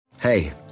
Hey